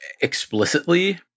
explicitly